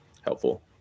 helpful